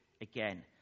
again